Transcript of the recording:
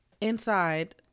Inside